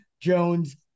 Jones